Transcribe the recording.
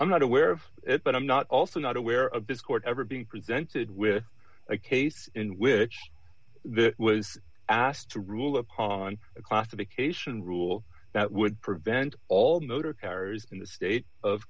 i'm not aware of it but i'm not also not aware of this court ever being presented with a case in which there was asked to rule upon a classification rule that would prevent all motor cars in the state of